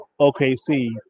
OKC